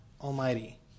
Almighty